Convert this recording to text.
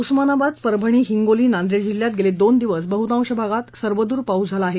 उस्मानाबाद परभणी हिंगोली जिल्हयात गेले दोन दिवस बह्तांश भागात सर्व दूर पाऊस झाला आहे